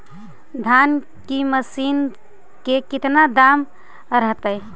धान की मशीन के कितना दाम रहतय?